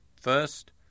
First